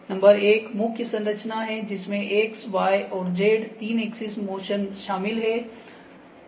number 1 मुख्य संरचना है जिसमें एक्स वाई और जेड तीन एक्सिस मोशन शामिल हैं